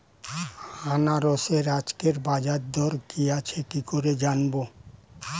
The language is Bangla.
আনারসের আজকের বাজার দর কি আছে কি করে জানবো?